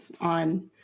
on